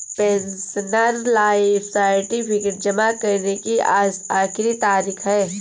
pensioner life certificate जमा करने की आज आखिरी तारीख है